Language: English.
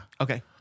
Okay